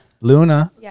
Luna